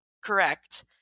Correct